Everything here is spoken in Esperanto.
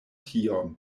tiom